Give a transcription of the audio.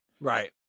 right